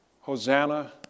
Hosanna